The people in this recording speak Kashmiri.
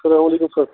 سلام علیکُم سر